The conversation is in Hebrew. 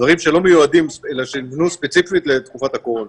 דברים שנבנו ספציפית לתקופת הקורונה.